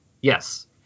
Yes